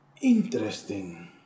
Interesting